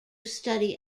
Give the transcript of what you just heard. study